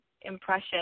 impression